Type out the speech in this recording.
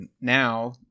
now